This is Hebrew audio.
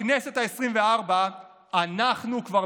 בכנסת העשרים-וארבע אנחנו כבר,